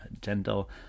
gentle